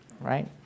right